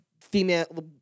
female